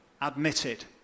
admitted